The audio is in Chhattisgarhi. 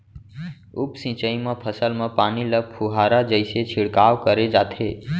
उप सिंचई म फसल म पानी ल फुहारा जइसे छिड़काव करे जाथे